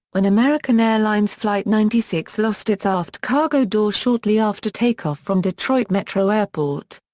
when american airlines flight ninety six lost its aft cargo door shortly after takeoff from detroit metro airport.